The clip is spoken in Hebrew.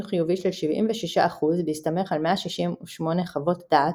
חיובי של 76% בהסתמך על 168 חוות דעת,